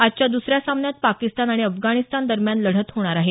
आजच्या दुसऱ्या सामन्यात पाकिस्तान आणि अफगाणिस्तान दरम्यान लढत होणार आहे